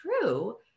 true